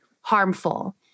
harmful